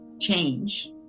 change